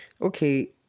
Okay